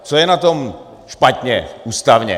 Co je na tom špatně ústavně?